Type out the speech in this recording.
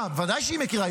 ממלכתית, בואי, תקשיבי.